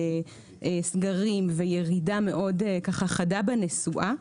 סגרים וירידה חדה בנסועה.